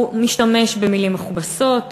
הוא משתמש במילים מכובסות,